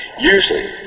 Usually